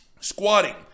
squatting